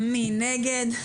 מי נגד?